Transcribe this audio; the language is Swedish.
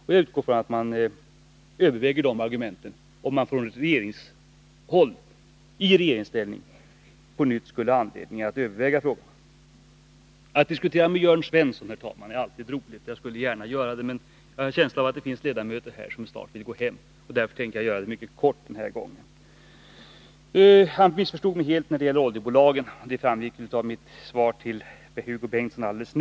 Och jag utgår från att man överväger de argumenten, om man i regeringsställning på nytt skulle ha anledning att ta ställning till den här frågan. Att diskutera med Jörn Svensson är alltid roligt, och jag skulle gärna göra det länge. Men jag har en känsla av att det finns ledamöter här som snart vill gå hem, och därför tänker jag göra ett mycket kort bemötande den här gången. Jörn Svensson missförstod mig helt när det gäller oljebolagen — min inställning framgick av mitt svar till Hugo Bengtsson nyss.